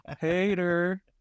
Hater